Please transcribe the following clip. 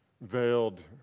veiled